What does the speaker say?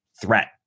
threat